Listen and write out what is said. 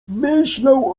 myślał